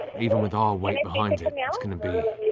even with our weight behind it, it's going to be